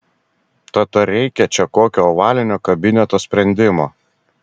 tad ar reikia čia kokio ovalinio kabineto sprendimo